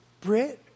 Brit